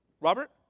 Robert